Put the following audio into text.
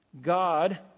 God